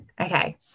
okay